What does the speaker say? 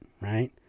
right